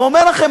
ואומר לכם,